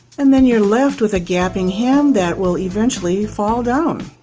and then you're left with a gapping hem that will eventually fall down.